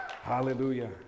hallelujah